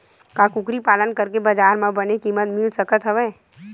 का कुकरी पालन करके बजार म बने किमत मिल सकत हवय?